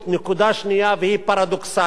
נקודה שנייה, והיא פרדוקסלית,